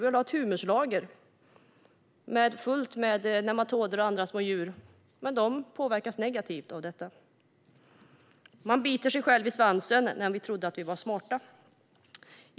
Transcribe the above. Det behövs ett humuslager fullt med nematoder och andra små djur, men de påverkas negativt. Vi biter oss själva i svansen - men vi trodde att vi var smarta.